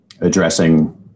addressing